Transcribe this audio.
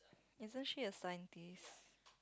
isn't she a scientist